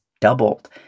doubled